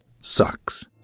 sucks